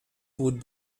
would